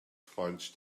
finds